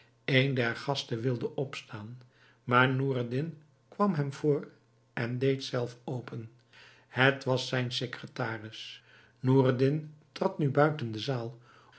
een der gasten wilde opstaan maar noureddin kwam hem voor en deed zelf open het was zijn secretaris noureddin trad nu buiten de zaal